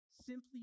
simply